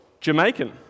Jamaican